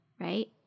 right